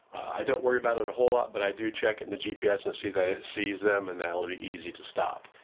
i don't worry about it a whole lot, but i do check it in the gps and see that it sees them and that it'll be easy to stop.